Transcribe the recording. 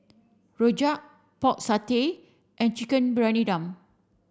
Rojak Pork Satay and Chicken Briyani Dum